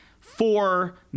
four